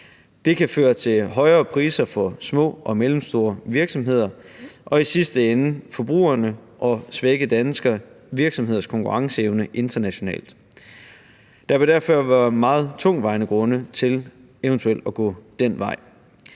Det kan føre til højere priser for små og mellemstore virksomheder og i sidste ende for forbrugerne, og det kan svække danske virksomheders konkurrenceevne internationalt. Der vil derfor være meget tungtvejende grunde til eventuelt at gå den vej.